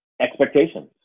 expectations